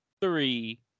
Three